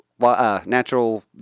Natural